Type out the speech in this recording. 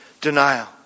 denial